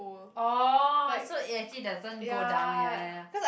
orh so it actually doesn't go down ya ya ya